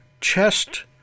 chest